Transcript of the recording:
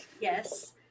Yes